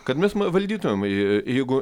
kad mes ma valdytumėm je jeigu